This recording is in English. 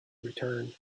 return